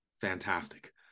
fantastic